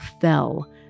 fell